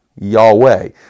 Yahweh